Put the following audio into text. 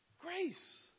Grace